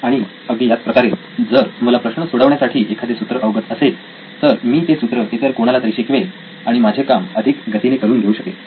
आणि अगदी याच प्रकारे जर मला प्रश्न सोडवण्यासाठी एखादे सूत्र अवगत असेल तर मी ते सूत्र इतर कोणालातरी शिकवेल आणि माझे काम अधिक गतीने करून घेऊ शकेल